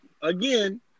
Again